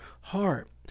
heart